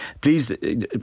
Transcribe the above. please